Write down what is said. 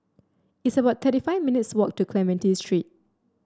it's about thirty five minutes' walk to Clementi Street